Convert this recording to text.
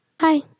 Hi